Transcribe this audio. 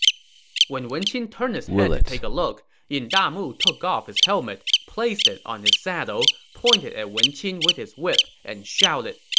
when wen qin turned his head to take a look, yin damu took off his helmet, placed it on his saddle, pointed at wen qin with his whip, and shouted,